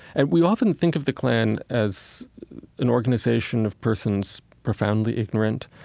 and we often think of the klan as an organization of persons profoundly ignorant,